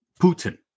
Putin